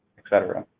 et cetera.